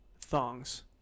Thongs